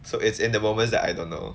so it's in the moments that I don't know